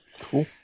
Cool